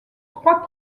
trois